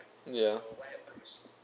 ya